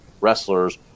wrestlers